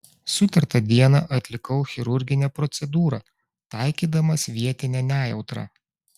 sutartą dieną atlikau chirurginę procedūrą taikydamas vietinę nejautrą